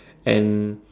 and